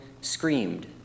screamed